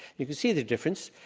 you can see the difference.